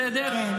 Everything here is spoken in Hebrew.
בסדר?